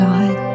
God